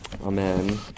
Amen